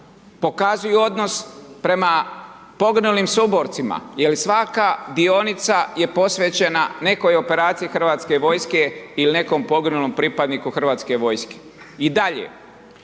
pokazuju odnos prema poginulim suborcima, jer svaka dionica je posvećena nekoj operaciji Hrvatske vojske ili nekom poginulom pripadniku Hrvatske vojske. I dalje,